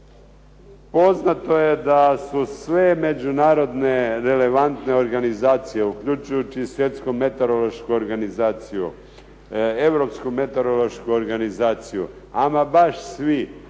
Poznato je da su sve međunarodne relevantne organizacije, uključujući Svjetsku meteorološku organizaciju, Europsku meteorološku organizaciju, ama baš svi